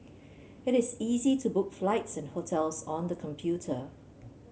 it is easy to book flights and hotels on the computer